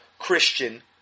christian